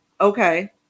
Okay